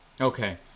Okay